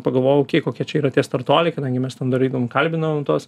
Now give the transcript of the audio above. pagalvojau kokie čia yra tie startuoliai kadangi mes ten dar eidavom kalbindavom tuos